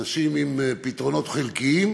אנשים עם פתרונות חלקיים